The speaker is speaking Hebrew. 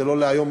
זה לא להיום,